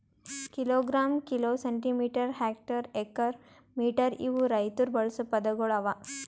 kilogram, kilo, centimetre, hectare, acre, metre ಇವು ರೈತುರ್ ಬಳಸ ಪದಗೊಳ್ ಅವಾ